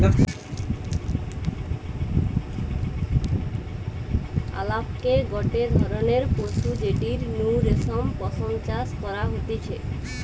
আলাপকে গটে ধরণের পশু যেটির নু রেশম পশম চাষ করা হতিছে